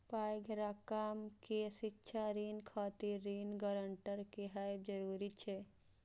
पैघ रकम के शिक्षा ऋण खातिर ऋण गारंटर के हैब जरूरी छै